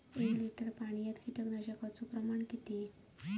एक लिटर पाणयात कीटकनाशकाचो प्रमाण किती?